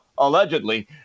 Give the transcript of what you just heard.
Allegedly